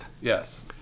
Yes